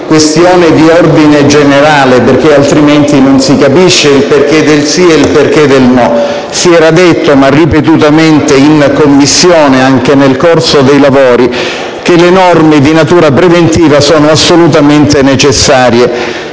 questione di ordine generale, perché altrimenti non si capiscono le ragioni del sì e del no, si era ripetutamente detto in Commissione anche nel corso dei lavori che le norme di natura preventiva sono assolutamente necessarie